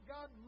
God